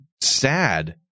sad